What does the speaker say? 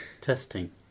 Testing